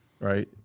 right